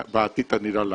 בעתיד הנראה לעין.